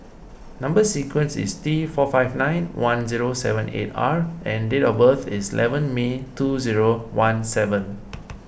Number Sequence is T four five nine one zero seven eight R and date of birth is eleven May two zero one seven